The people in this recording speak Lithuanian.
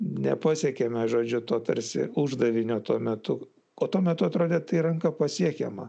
nepasiekėme žodžiu to tarsi uždavinio tuo metu o tuo metu atrodė tai ranka pasiekiama